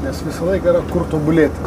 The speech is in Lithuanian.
nes visą laiką yra kur tobulėti